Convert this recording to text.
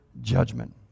judgment